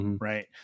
Right